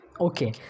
okay